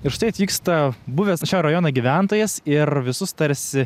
ir štai atvyksta buvęs šio rajono gyventojas ir visus tarsi